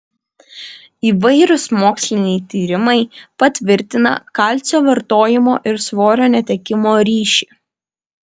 įvairūs moksliniai tyrimai patvirtina kalcio vartojimo ir svorio netekimo ryšį